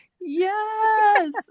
Yes